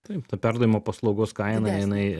taip ta perdavimo paslaugos kaina jinai